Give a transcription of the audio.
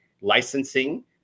licensing